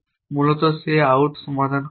মূলত যে আউট সমাধান হবে